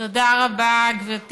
תודה רבה לחבר הכנסת